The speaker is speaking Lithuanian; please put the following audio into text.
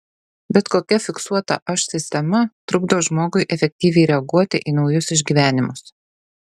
bet kokia fiksuota aš sistema trukdo žmogui efektyviai reaguoti į naujus išgyvenimus